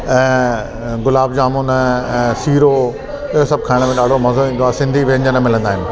ऐं गुलाब जामुन ऐं सीरो हीअ सभु खाइण में ॾाढो मज़ो ईंदो आहे सिंधी व्यंजन मिलंदा आहिनि